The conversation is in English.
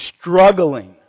struggling